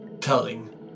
telling